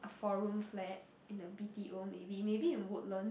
four room flat in a B_T_O maybe maybe in Woodlands